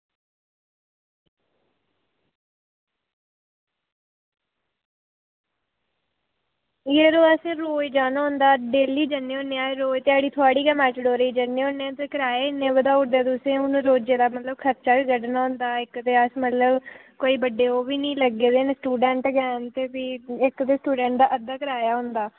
एह्दे बास्तै रोज़ जाना पौंदा डेली जन्ने होन्ने आं ते रोज़ ध्याड़ी थुआढ़ी गै मेटाडोरै गी जन्ने होन्ने ते किराए इन्ने बधाई ओड़े दे तुसें रोज़ै दा मतलब ते खर्चा बी कड्ढना होंदा इक्क ते अस मतलब कोई बड्डे ओह्बी निं लग्गे दे न स्टूडेंट गै न भी इक्क ते स्टूडेंट दा अद्धा किराया होंदा